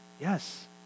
Yes